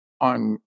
on